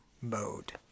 mode